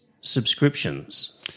subscriptions